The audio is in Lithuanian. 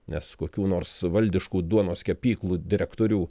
nes kokių nors valdiškų duonos kepyklų direktorių